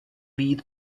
vyjít